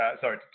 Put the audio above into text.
sorry